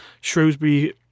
Shrewsbury